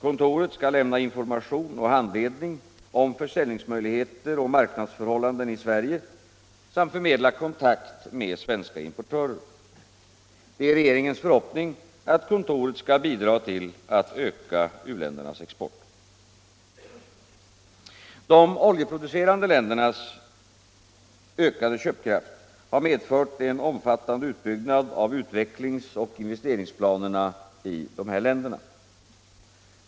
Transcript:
Kontoret skall lämna information och handledning om försäljningsmöjligheter och marknadsförhållanden i Sverige samt förmedla kontakt med svenska importörer. Det är regeringens förhoppning att kontoret skall bidra till att öka u-ländernas export. De oljeproducerande u-ländernas ökade köpkraft har medfört en omfattande utbyggnad av utvecklingsoch investeringsplanerna i dessa länder.